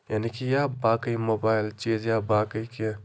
یعنی کہِ یا باقٕے موبایِل چیٖز یا باقٕے کیٚنٛہہ